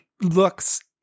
looks